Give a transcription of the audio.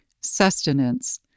sustenance